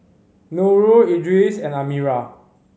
Nurul Idris and Amirah